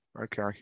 Okay